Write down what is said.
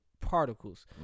particles